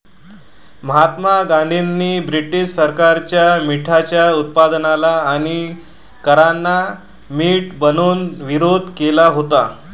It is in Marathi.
महात्मा गांधींनी ब्रिटीश सरकारच्या मिठाच्या उत्पादनाला आणि करांना मीठ बनवून विरोध केला होता